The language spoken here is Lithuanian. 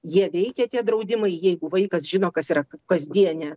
jie veikia tie draudimai jeigu vaikas žino kas yra kasdienė